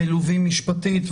מלווים משפטית?